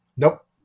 Nope